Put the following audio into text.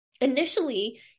initially